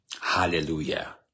Hallelujah